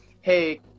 hey